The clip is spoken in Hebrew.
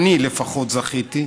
אני לפחות זכיתי,